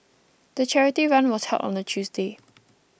the charity run was held on a Tuesday